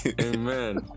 Amen